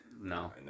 No